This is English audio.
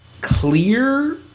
clear